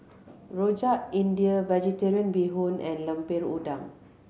Rojak India Vegetarian Bee Hoon and Lemper Udang